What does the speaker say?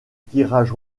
tirage